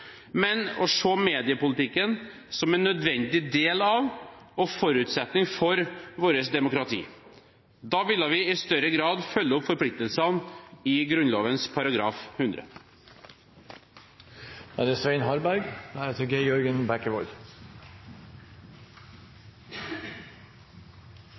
men ved å se mediepolitikken som en nødvendig del av og forutsetning for vårt demokrati. Da ville vi i større grade følge opp forpliktelsene i Grunnloven § 100.